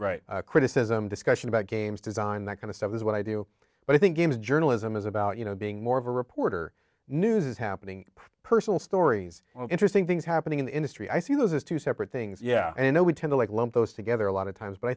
right criticism discussion about games design that kind of stuff is what i do but i think games journalism is about you know being more of a reporter news is happening personal stories interesting things happening in the industry i see those as two separate things yeah you know we tend to like lump those together a lot of times but i